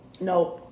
No